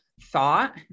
thought